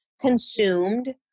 consumed